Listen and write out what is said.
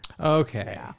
Okay